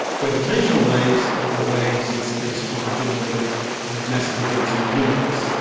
gravitational waves are waves in space-time generated by massive events in the universe.